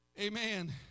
amen